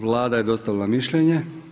Vlada je dostavila mišljenje.